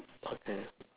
okay